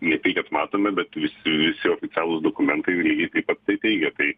ne tai kad matome bet visi visi oficialūs dokumentai lygiai taip pat tai teigia tai